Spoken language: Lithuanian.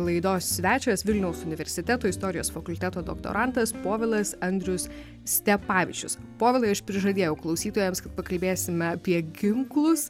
laidos svečias vilniaus universiteto istorijos fakulteto doktorantas povilas andrius stepavičius povilai aš prižadėjau klausytojams kad pakalbėsime apie ginklus